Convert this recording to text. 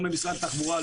גם במשרד התחבורה,